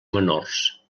menors